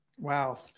Wow